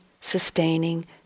sustaining